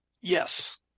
Yes